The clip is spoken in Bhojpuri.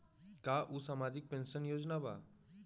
का उ सामाजिक पेंशन योजना बा?